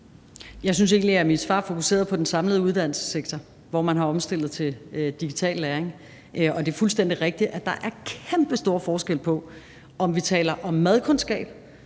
Jeg synes egentlig, at mit svar fokuserede på den samlede uddannelsessektor, hvor man har omstillet til digital læring. Og det er fuldstændig rigtigt, at der er kæmpestor forskel på, om vi taler om madkundskab,